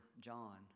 John